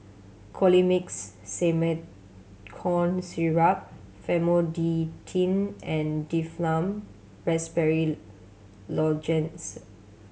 Colimix Simethicone Syrup Famotidine and Difflam Raspberry Lozenges